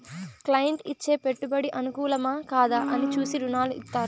client ఇచ్చే పెట్టుబడి అనుకూలమా, కాదా అని చూసి రుణాలు ఇత్తారు